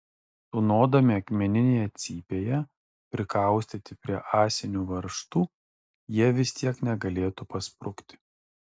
tūnodami akmeninėje cypėje prikaustyti prie ąsinių varžtų jie vis tiek negalėtų pasprukti